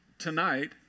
tonight